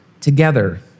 together